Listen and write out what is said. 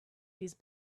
these